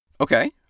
Okay